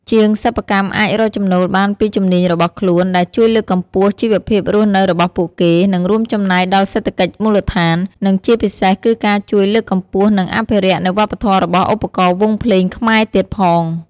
ជាងសិប្បកម្មអាចរកចំណូលបានពីជំនាញរបស់ខ្លួន ដែលជួយលើកកម្ពស់ជីវភាពរស់នៅរបស់ពួកគេ និងរួមចំណែកដល់សេដ្ឋកិច្ចមូលដ្ឋាន និងជាពិសេសគឺការជួយលើកកម្ពស់និងអភិរក្សនៅវប្បធម៌របស់ឧបករណ៍វង់ភ្លេងខ្មែរទៀតផង។